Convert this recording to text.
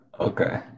Okay